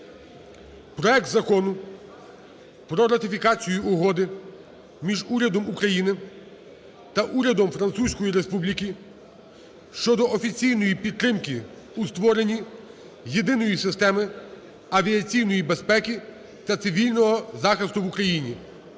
проект Закону "Про ратифікацію Угоди між Урядом України та Урядом Французької Республіки щодо офіційної підтримки у створенні єдиної системи авіаційної безпеки та цивільного захисту в Україні"